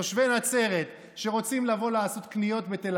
תושבי נצרת שרוצים לבוא לעשות קניות בתל